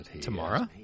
Tomorrow